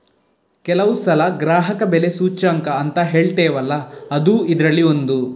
ಕೆಲವು ಸಲ ಗ್ರಾಹಕ ಬೆಲೆ ಸೂಚ್ಯಂಕ ಅಂತ ಹೇಳ್ತೇವಲ್ಲ ಅದೂ ಇದ್ರಲ್ಲಿ ಒಂದು